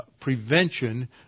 prevention